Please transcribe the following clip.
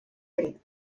три